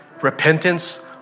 Repentance